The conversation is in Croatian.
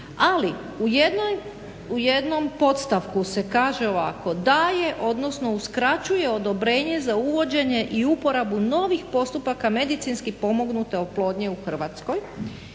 ali u jednom podstavku se kaže ovako, daje odnosno uskraćuje odobrenje za uvođenje i uporabu novih postupaka medicinski pomognute oplodnje u Hrvatskoj.